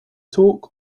talk